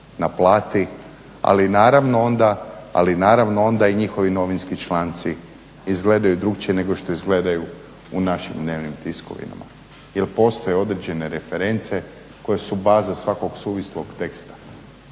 ali naravno onda i njihovi novinski članci izgledaju drugačije nego što izgledaju u našim dnevnim tiskovima jer postoje određene reference koje su baze svakog suvislog teksta.